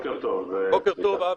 בוקר טוב, אבי.